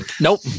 Nope